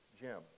Jim